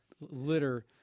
litter